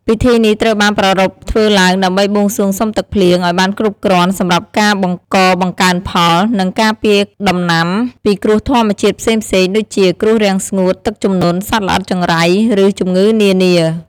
ពិធីនេះត្រូវបានប្រារព្ធធ្វើឡើង ដើម្បីបួងសួងសុំទឹកភ្លៀងឱ្យបានគ្រប់គ្រាន់សម្រាប់ការបង្កបង្កើនផល និង ការពារដំណាំពីគ្រោះធម្មជាតិផ្សេងៗ ដូចជាគ្រោះរាំងស្ងួត ទឹកជំនន់ សត្វល្អិតចង្រៃ ឬជំងឺនានា។